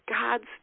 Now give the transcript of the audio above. God's